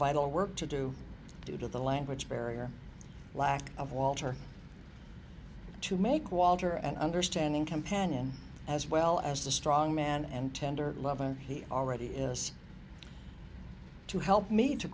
vital work to do due to the language barrier lack of walter to make walter an understanding companion as well as the strong man and tender love and he already is to help me to